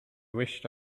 wished